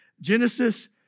Genesis